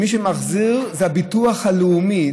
מי שמחזיר זה הביטוח הלאומי.